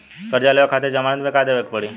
कर्जा लेवे खातिर जमानत मे का देवे के पड़ी?